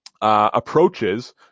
approaches